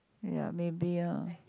ya maybe lah